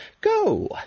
go